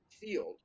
field